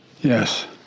Yes